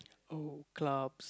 old clubs